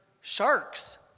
Sharks